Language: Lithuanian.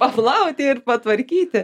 paplauti ir patvarkyti